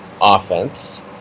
offense